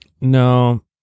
No